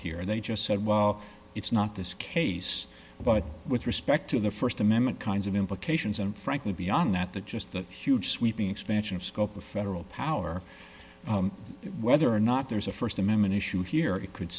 and they just said well it's not this case but with respect to the st amendment kinds of implications and frankly beyond that the just the huge sweeping expansion of scope of federal power whether or not there's a st amendment issue here it could